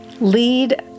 Lead